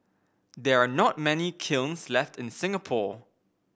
there are not many kilns left in Singapore